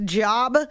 job